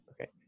okay